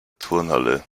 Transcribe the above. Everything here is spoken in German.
turnhalle